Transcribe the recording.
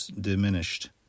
diminished